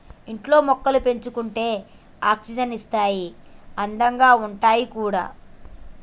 ఇంట్లో మొక్కలు పెంచుకుంటే ఆక్సిజన్ ఇస్తాయి అందంగా ఉంటాయి కూడా